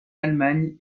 allemagne